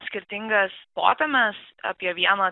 skirtingas potėmes apie vieną